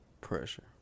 Pressure